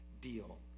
deal